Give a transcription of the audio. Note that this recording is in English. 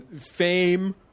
fame